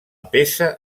peça